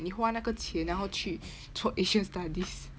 你花那个钱让获取做 asian studies